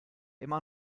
immer